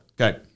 Okay